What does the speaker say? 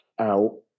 out